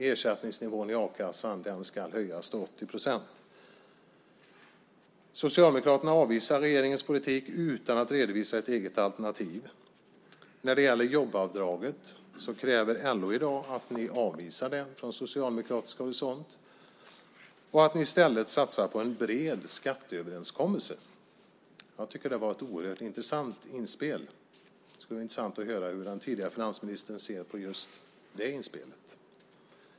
Ersättningsnivån i a-kassan ska höjas till 80 procent. Socialdemokraterna avvisar regeringens politik utan att redovisa ett eget alternativ. När det gäller jobbavdraget kräver LO i dag att ni, från socialdemokratisk horisont, avvisar det och att ni i stället satsar på en bred skatteöverenskommelse. Jag tycker att det var ett oerhört intressant inspel. Det skulle vara intressant att höra hur den tidigare finansministern ser på just det inspelet.